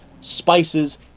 spices